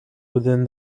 within